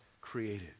created